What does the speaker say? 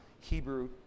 Hebrew